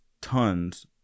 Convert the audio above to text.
tons